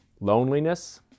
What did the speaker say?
loneliness